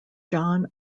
john